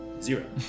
zero